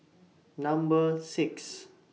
Number six